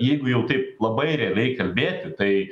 jeigu jau taip labai realiai kalbėti tai